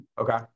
Okay